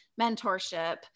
mentorship